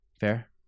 fair